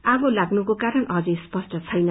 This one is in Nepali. आगो लाग्नुको कारण अझै स्पष्ट छैन